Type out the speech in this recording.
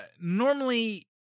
normally